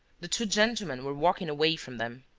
the two gentlemen were walking away from them.